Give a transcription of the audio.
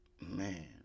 Man